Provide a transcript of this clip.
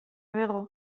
bego